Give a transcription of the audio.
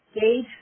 gauge